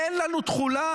אין לנו תוחלת,